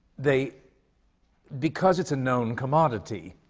they because it's a known commodity,